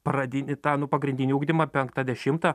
pradinį tą nu pagrindinį ugdymą penktą dešimtą